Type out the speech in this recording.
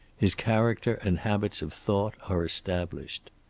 his character and habits of thought are established.